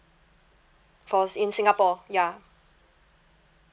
for s~ in singapore ya